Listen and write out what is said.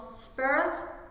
spirit